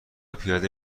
پیاده